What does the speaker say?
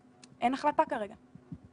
אין החלטה כרגע.